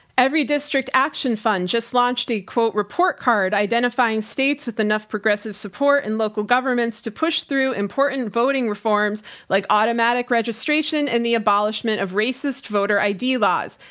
everydistrict action action fund just launched a quote report card identifying states with enough progressive support and local governments to push through important voting reforms like automatic registration and the abolishment of racist voter id laws.